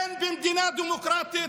אין במדינה דמוקרטית